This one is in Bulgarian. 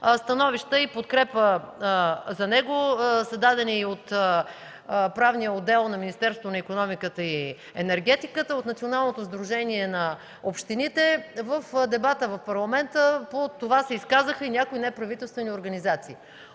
Становища и подкрепа за него са дадени и от Правния отдел на Министерството на икономиката и енергетиката, от Националното сдружение на общините. В дебата в Парламента по това се изказаха и някои неправителствени организации.